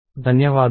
ధన్యవాదాలు